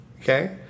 okay